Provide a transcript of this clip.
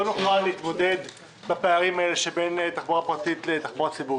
לא נוכל להתמודד עם הפערים האלה שבין תחבורה פרטית לתחבורה ציבורית.